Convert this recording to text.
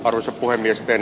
osa puhemiesten